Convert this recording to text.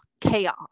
chaos